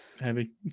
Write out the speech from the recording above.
heavy